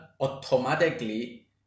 automatically